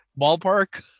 ballpark